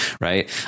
right